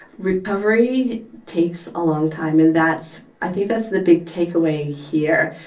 recovery takes a long time, and that's i think that's the big takeaway here,